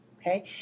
okay